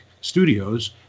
Studios